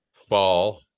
fall